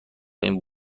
این